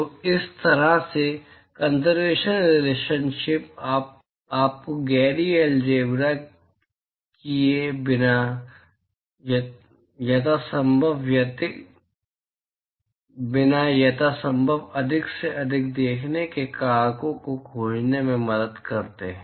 तो इस तरह के कंसरवेशन रिलेशनशिप आपको गैरी एलज़ेब्रा किए बिना यथासंभव अधिक से अधिक देखने के कारकों को खोजने में मदद करते हैं